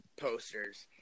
posters